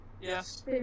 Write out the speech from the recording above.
Yes